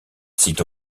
site